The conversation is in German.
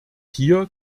hier